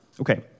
Okay